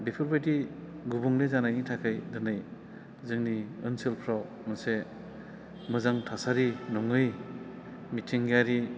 बेफोरबायदि गुबुंले जानायनि थाखाय दिनै जोंनि ओनसोलफोराव मोनसे मोजां थासारि नङै मिथिंगायारि